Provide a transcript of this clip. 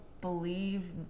believe